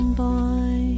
boy